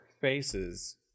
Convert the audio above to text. faces